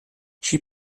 she